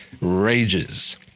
rages